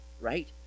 right